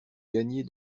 gagner